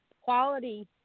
quality